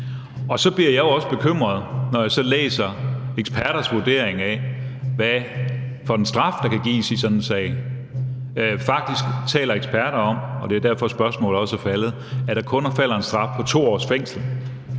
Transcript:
Og så bliver jeg bekymret, når jeg så også læser eksperters vurdering af, hvad for en straf der kan gives i sådan en sag. Faktisk taler eksperter om – og det er også derfor, spørgsmålet her er stillet – at der kun falder en straf på 2 års fængsel